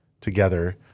together